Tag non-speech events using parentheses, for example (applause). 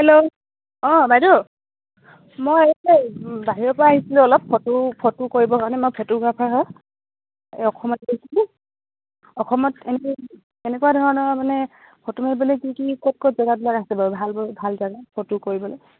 hello অঁ বাইদেউ মই এ বাহিৰৰ পৰা আহিছিলোঁ অলপ ফটো ফটো কৰিবৰ কাৰণে মই ফটোগ্ৰাফাৰ হয় এই অসমত (unintelligible) অসমত এনেই কেনেকুৱা ধৰণৰ মানে ফটো মাৰিবলৈ কি কি ক'ত ক'ত জেগাবিলাক আছে বাৰু ভাল ভাল জেগা ফটো কৰিবলৈ